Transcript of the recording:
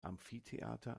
amphitheater